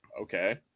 Okay